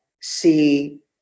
see